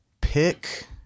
pick